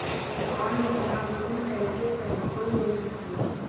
Online आवेदन कैसे करी कोई योजना ला?